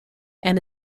and